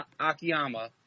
Akiyama